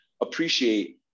appreciate